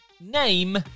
name